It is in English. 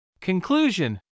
Conclusion